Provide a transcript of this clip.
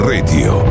Radio